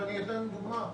אני אתן דוגמה.